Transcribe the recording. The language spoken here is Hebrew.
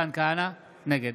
נגד